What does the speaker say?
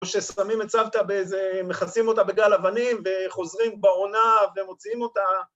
‫או ששמים את סבתא באיזה, ‫מכסים אותה בגל אבנים ‫וחוזרים בעונה ומוציאים אותה.